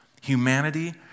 humanity